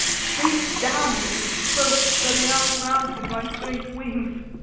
face down with his cloak spreading out around him like great wings.